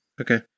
Okay